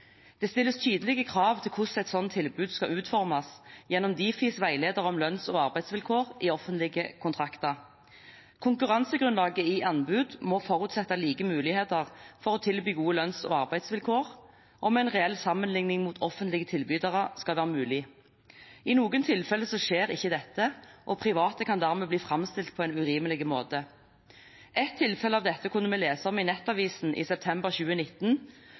Det stilles tydelige krav til hvordan et slikt anbud skal utformes gjennom Difis veileder om lønns- og arbeidsvilkår i offentlige kontrakter. Konkurransegrunnlaget i anbud må forutsette like muligheter for å tilby gode lønns- og arbeidsvilkår om en reell sammenligning mot offentlige tilbydere skal være mulig. I noen tilfeller skjer ikke dette, og private kan dermed bli framstilt på en urimelig måte. Ett tilfelle av dette kunne vi lese om i Nettavisen i september 2019,